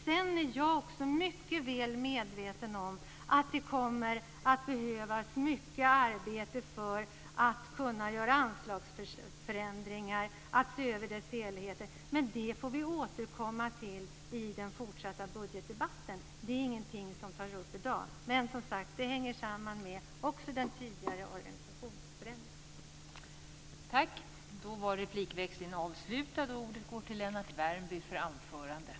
Sedan är jag också mycket väl medveten om att det kommer att krävas mycket arbete för att kunna göra anslagsförändringar och se över dem i dess helhet, men det får vi återkomma till i den fortsatta budgetdebatten. Det är ingenting som vi ska ta upp i dag. Men, som sagt, det hänger också samman med den tidigare organisationsförändringen.